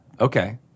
Okay